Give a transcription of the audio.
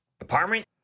Apartment